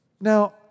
Now